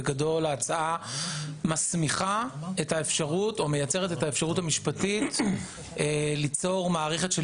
ההצעה מייצרת את האפשרות המשפטית ליצור מערכת של